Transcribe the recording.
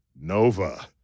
Nova